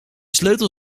sleutel